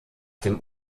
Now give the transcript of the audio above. dem